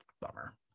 bummer